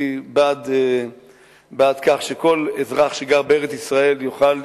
אני בעד זה שכל אזרח שגר בארץ-ישראל יוכל.